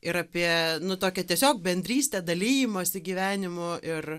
ir apie nu tokią tiesiog bendrystę dalijimąsi gyvenimu ir